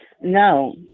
no